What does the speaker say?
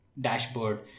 dashboard